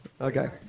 Okay